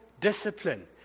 discipline